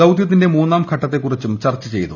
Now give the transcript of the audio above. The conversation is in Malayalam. ദൌത്യത്തിന്റെ മൂന്നാം ഘട്ടത്തെക്കുറിച്ചും ചർച്ച ചെയ്തു